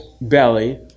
belly